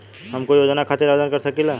हम कोई योजना खातिर आवेदन कर सकीला?